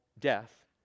death